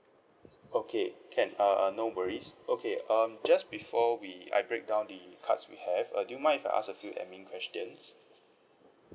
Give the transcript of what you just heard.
okay can uh uh no worries okay um just before we I break down the cards we have uh do you mind if I ask a few administration questions